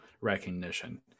recognition